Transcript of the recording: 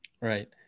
right